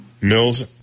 Mills